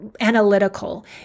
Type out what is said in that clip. analytical